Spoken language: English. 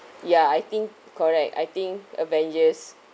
ya I think correct I think avengers